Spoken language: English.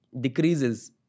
decreases